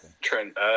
Trent